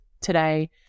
today